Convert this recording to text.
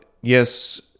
yes